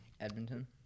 Edmonton